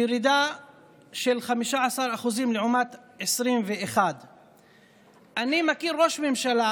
ירידה של 15% לעומת 2021. אני מכיר ראש ממשלה